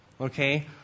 okay